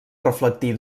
reflectir